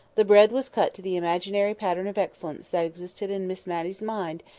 the bread was cut to the imaginary pattern of excellence that existed in miss matty's mind,